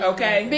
Okay